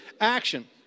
action